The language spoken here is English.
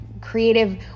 creative